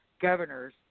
governors